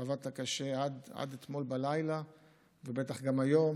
אתה עבדת קשה עד אתמול בלילה ובטח גם היום.